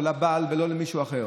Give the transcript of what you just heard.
לא לבעל ולא למישהו אחר,